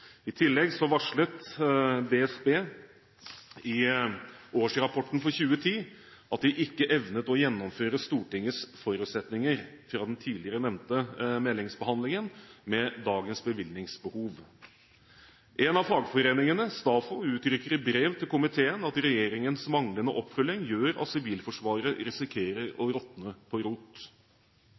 I tillegg varslet DSB, Direktoratet for samfunnssikkerhet og beredskap, i årsrapporten for 2010 at de ikke evnet å gjennomføre Stortingets forutsetninger – fra den tidligere nevnte meldingsbehandling – med dagens bevilgningsbehov. En av fagforeningene – STAFO – uttrykker i brev til komiteen at regjeringens manglende oppfølging gjør at Sivilforsvaret risikerer å råtne på rot.